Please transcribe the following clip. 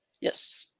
Yes